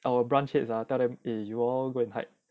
our branch heads ah tell them eh you all go and hide